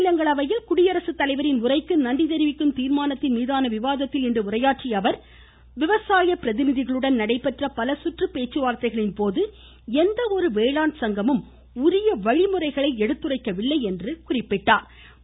மாநிலங்களவையில் குடியரசுத்தலைவரின் உரைக்கு நன்றி தெரிவிக்கும் தீர்மானத்தின் மீதான விவாதத்தில் இன்று உரையாற்றிய அவர் விவசாய பிரதிநிதிகளுடன் நடைபெற்ற பலசுற்று பேச்சுவார்த்தைகளின்போது எந்த ஒரு வேளாண் சங்கமும் உரிய வழிமுறைகளை எடுத்துரைக்கவில்லை என்று குறிப்பிட்டார்